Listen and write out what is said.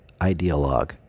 ideologue